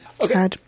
Okay